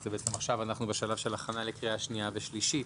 כי אנחנו עכשיו בעצם בשלב של הכנה לקריאה שנייה ושלישית,